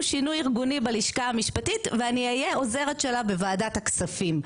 שינוי ארגוני בלשכה המשפטית ואני אהיה עוזרת שלה בוועדת הכספים.